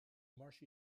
marshy